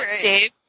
Dave